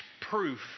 proof